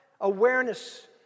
awareness